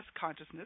Consciousness